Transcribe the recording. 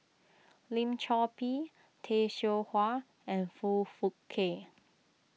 Lim Chor Pee Tay Seow Huah and Foong Fook Kay